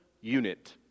unit